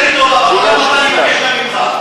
עשה לי טובה, אני אבקש לא ממך.